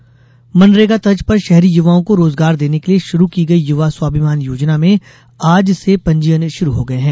युवा स्वाभिमान योजना मनरेगा तर्ज पर शहरी युवाओं को रोजगाार देने के लिये शुरू की गई युवा स्वाभिमान योजना में आज से पंजीयन शुरू हो गये हैं